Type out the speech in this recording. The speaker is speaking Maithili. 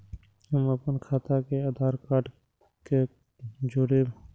हम अपन खाता के आधार कार्ड के जोरैब?